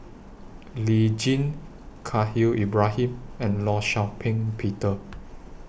Lee Tjin Khalil Ibrahim and law Shau Ping Peter